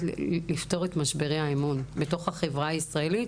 לפתור את משברי האמון בתוך החברה הישראלית,